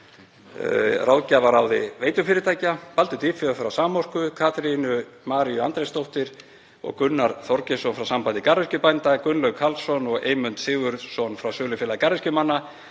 Ráðgjafaráði veitufyrirtækja, Baldur Dýrfjörð frá Samorku, Katrínu Maríu Andrésdóttur og Gunnar Þorgeirsson frá Sambandi garðyrkjubænda, Gunnlaug Karlsson og Eymund Sigurðsson frá Sölufélagi garðyrkjumanna,